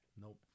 Nope